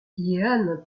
jehan